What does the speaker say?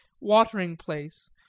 watering-place